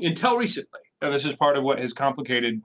until recently. now and this is part of what is complicated.